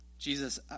Jesus